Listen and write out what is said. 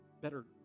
better